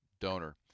donor